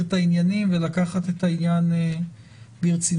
את העניינים ולקת את העניין ברצינות.